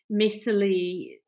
messily